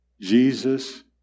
Jesus